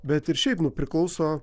bet ir šiaip priklauso